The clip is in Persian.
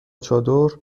چادر